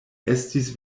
estis